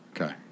Okay